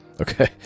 Okay